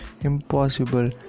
Impossible